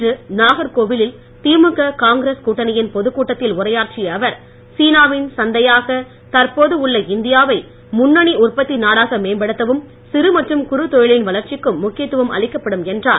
இன்று நாகர்கோவிலில் திமுக காங்கிரஸ் கூட்டணியின் பொதுக்கூட்டத்தில் உரையாற்றிய அவர் சீனாவின் சந்தையாக தற்போது உள்ள இந்தியாவை முன்னணி உற்பத்தி நாடாக மேம்படுத்தவும் சிறு மற்றும் குறுந்தொழிலின் வளர்ச்சிக்கும் முக்கியத்துவம் அளிக்கப்படும் என்றார்